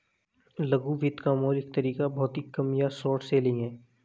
लघु वित्त का मौलिक तरीका भौतिक कम या शॉर्ट सेलिंग है